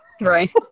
right